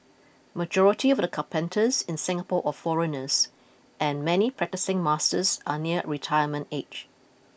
majority of the carpenters in Singapore are foreigners and many practising masters are nearing retirement age